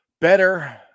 better